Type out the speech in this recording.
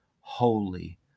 holy